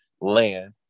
land